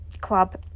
club